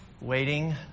waiting